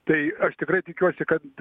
tai aš tikrai tikiuosi kad